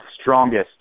strongest